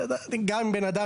גם אם דייר,